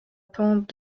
pente